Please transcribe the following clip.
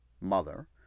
mother